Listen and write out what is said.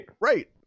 Right